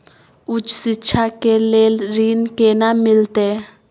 उच्च शिक्षा के लेल ऋण केना मिलते?